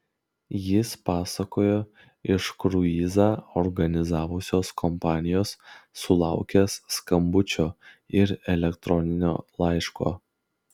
jis pasakojo iš kruizą organizavusios kompanijos sulaukęs skambučio ir elektroninio laiško